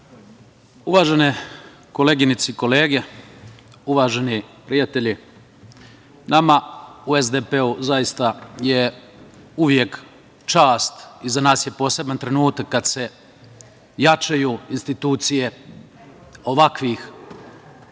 Uvažene koleginice i kolege, uvaženi prijatelji, nama u SDPS zaista je uvek čast i za nas je poseban trenutak kada se jačaju institucije ovakvih, odnosno